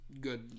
Good